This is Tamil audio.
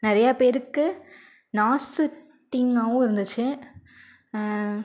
நிறையா பேருக்கு நாசுத் திங்காவும் இருந்துச்சு